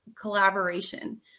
collaboration